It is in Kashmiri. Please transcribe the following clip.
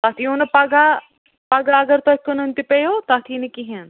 تَتھ ییٖوٕ نہٕ پَگاہ پَگاہ اَگر تۄہہِ کٕنُن تہِ پیٚوٕ تَتھ یی نہٕ کِہیٖنۍ